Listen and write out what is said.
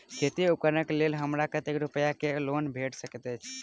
खेती उपकरण केँ लेल हमरा कतेक रूपया केँ लोन भेटि सकैत अछि?